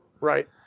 Right